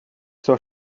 zur